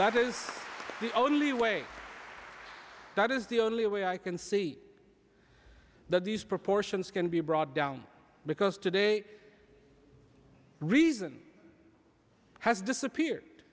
that is the only way that is the only way i can see that these proportions can be brought down because today reason has disappeared